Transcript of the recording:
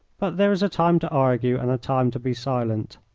but there is a time to argue and a time to be silent.